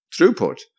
throughput